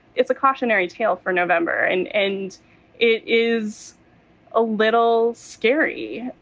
it's a cautionary tale for november. and and it is a little scary